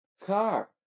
Car